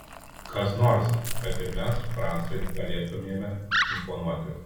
kas nors kad ir mes francui galėtumėme imponuoti